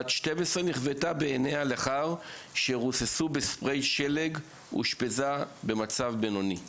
בת 12 נכוותה בעיניה לאחר שרוססו בספריי שלג ואושפזה במצב בינוני,